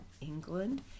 England